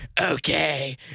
okay